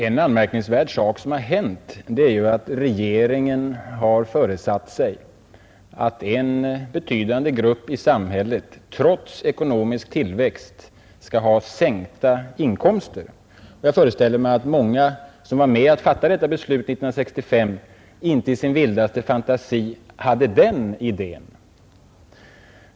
En anmärkningsvärd sak som hänt är att regeringen föresatt sig att en betydande grupp i samhället trots ekonomisk tillväxt skall ha sänkta inkomster. Jag föreställer mig att många som var med om att fatta beslutet 1965 inte i sin vildaste fantasi hade den idén.